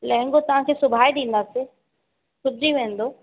लहंगो तव्हांखे सिबाए ॾींदासीं सिबजी वेंदो